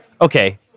okay